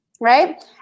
Right